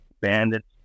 bandits